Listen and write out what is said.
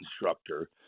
instructor